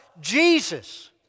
Jesus